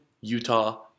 Utah